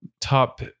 top